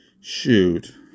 Shoot